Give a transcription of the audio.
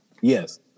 Yes